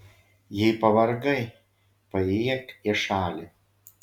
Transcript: jei pavargai paėjėk į šalį